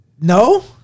no